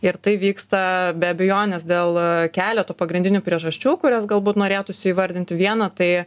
ir tai vyksta be abejonės dėl keleto pagrindinių priežasčių kurias galbūt norėtųsi įvardinti vieną tai